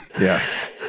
Yes